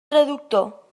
traductor